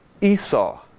Esau